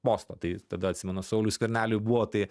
posto tai tada atsimenu sauliui skverneliui buvo tai